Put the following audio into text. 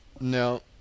No